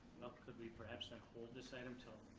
could we perhaps ah hold this item til